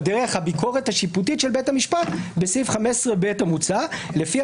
על דרך הביקורת השיפוטית של בית המשפט בסעיף 15ב המוצע לפיה